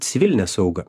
civilinę saugą